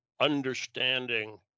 understanding